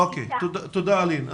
אוקיי, תודה אלין.